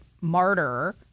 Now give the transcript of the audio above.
martyr